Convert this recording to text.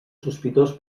sospitós